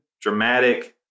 dramatic